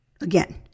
Again